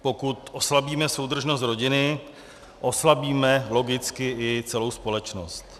Pokud oslabíme soudržnost rodiny, oslabíme logicky i celou společnost.